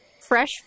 Fresh